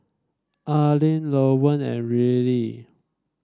Alleen Lowell and Rillie